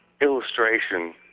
illustration